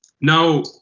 Now